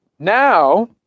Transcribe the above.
Now